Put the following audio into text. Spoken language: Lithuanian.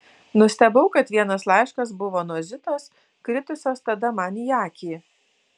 nustebau kad vienas laiškas buvo nuo zitos kritusios tada man į akį